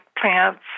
plants